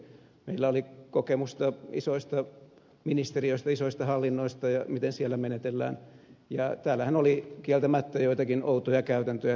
meillä oli kokemusta isoista ministeriöistä isoista hallinnoista ja siitä miten siellä menetellään ja täällähän oli kieltämättä joitakin outoja käytäntöjä